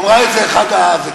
אמרה את זה אחת העובדות.